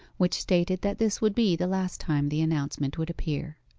which stated that this would be the last time the announcement would appear.